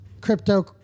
crypto